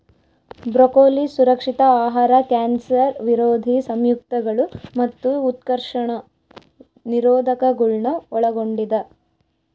broccoli ಸುರಕ್ಷಿತ ಆಹಾರ cancer ವಿರೋಧಿ ಸಂಯುಕ್ತಗಳು ಮತ್ತು ಉತ್ಕರ್ಷಣ ನಿರೋಧಕಗುಳ್ನ ಒಳಗೊಂಡಿದ